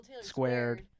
Squared